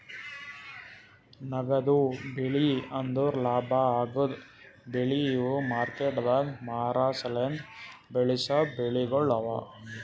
ನಗದು ಬೆಳಿ ಅಂದುರ್ ಲಾಭ ಆಗದ್ ಬೆಳಿ ಇವು ಮಾರ್ಕೆಟದಾಗ್ ಮಾರ ಸಲೆಂದ್ ಬೆಳಸಾ ಬೆಳಿಗೊಳ್ ಅವಾ